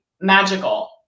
magical